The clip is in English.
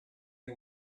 and